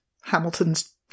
Hamilton's